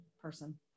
person